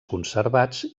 conservats